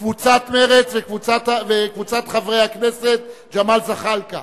קבוצת סיעת מרצ וחברי הכנסת ג'מאל זחאלקה